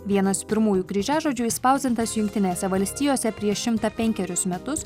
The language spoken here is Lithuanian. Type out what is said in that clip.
vienas pirmųjų kryžiažodžių išspausdintas jungtinėse valstijose prieš šimtą penkerius metus